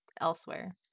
Elsewhere